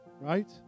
right